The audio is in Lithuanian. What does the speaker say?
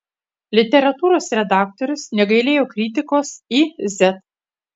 literatūros redaktorius negailėjo kritikos iz